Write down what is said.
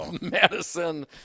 Madison